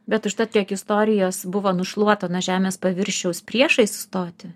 bet užtat kiek istorijos buvo nušluota nuo žemės paviršiaus priešais stotį